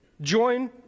join